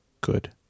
good